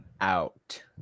out